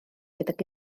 gydag